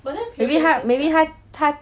maybe 他 maybe 他